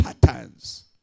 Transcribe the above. patterns